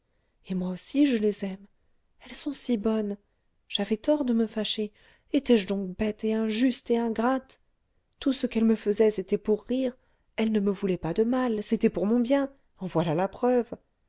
et moi aussi je les aime elles sont si bonnes j'avais tort de me fâcher étais-je donc bête et injuste et ingrate tout ce qu'elles me faisaient c'était pour rire elles ne me voulaient pas de mal c'était pour mon bien en voilà la preuve